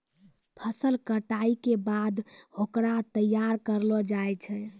फसल कटाई के बाद होकरा तैयार करलो जाय छै